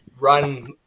run